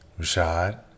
Rashad